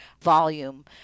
volume